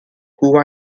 who